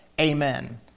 Amen